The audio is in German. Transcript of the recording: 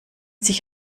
sich